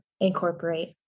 incorporate